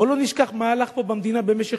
בואו לא נשכח מה הלך פה במדינה במשך